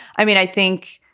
i mean, i think,